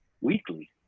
weekly